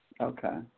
Okay